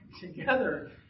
together